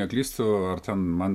neklystu ar ten man